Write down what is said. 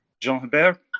Jean-Hubert